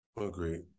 Agreed